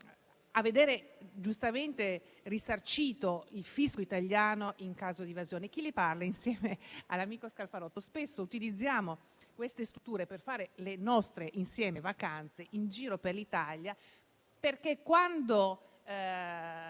a vedere giustamente risarcito il fisco italiano in caso di evasione. Chi le parla, insieme all'amico Scalfarotto, spesso utilizza queste strutture per fare le vacanze in giro per l'Italia, infatti quando